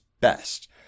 best